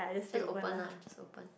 just open ah just open